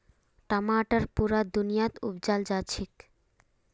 टमाटर पुरा दुनियात उपजाल जाछेक